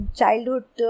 childhood